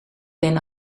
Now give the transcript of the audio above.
ben